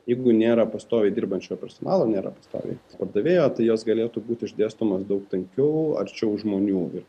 jeigu nėra pastoviai dirbančio personalo nėra pastoviai pardavėjo tai jos galėtų būti išdėstomos daug tankiau arčiau žmonių ir